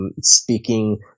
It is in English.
speaking